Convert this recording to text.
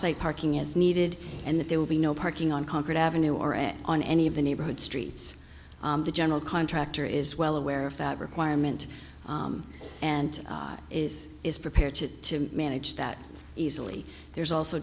site parking is needed and that there will be no parking on concord avenue or an on any of the neighborhood streets the general contractor is well aware of that requirement and is is prepared to manage that easily there's also